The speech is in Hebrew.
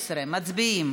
15, מצביעים.